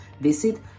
Visit